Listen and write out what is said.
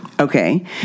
Okay